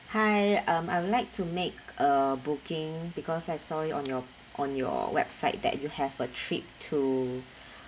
hi um I would like to make a booking because I saw on your on your website that you have a trip to